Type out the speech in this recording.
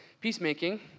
peacemaking